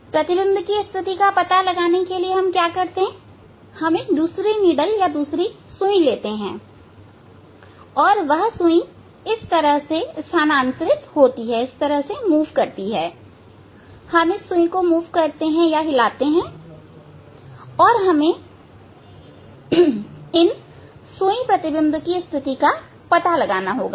तो प्रतिबिंब की स्थिति का पता लगाने के लिए हम एक दूसरी सुई लेते हैं और वह सुई इस तरह स्थानांतरित होगी इस सुई को हिलाते हैं और हमें इन सुई प्रतिबिंब की स्थिति का पता लगाना होगा